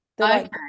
okay